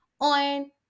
on